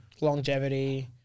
longevity